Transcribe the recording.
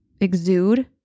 exude